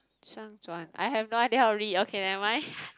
Shang-Chuan I have no idea already okay nevermind